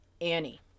Annie